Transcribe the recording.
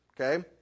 Okay